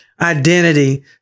identity